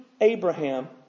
Abraham